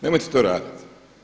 Nemojte to raditi.